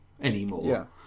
anymore